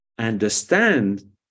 understand